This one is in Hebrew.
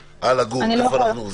תודה.